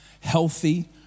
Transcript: healthy